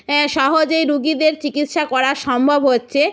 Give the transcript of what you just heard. সহজেই রোগীদের চিকিৎসা করা সম্ভব হচ্ছে